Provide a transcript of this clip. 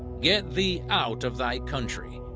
get thee out of thy country,